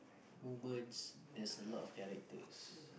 woman's there's a lot of characters